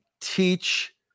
teach